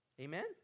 Amen